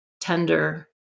tender